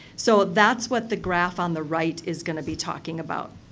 so, that's what the graph on the right is going to be talking about.